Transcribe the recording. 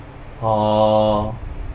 orh